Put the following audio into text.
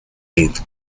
eighth